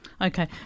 Okay